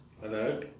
Hello